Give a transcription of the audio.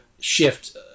shift